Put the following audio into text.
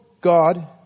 God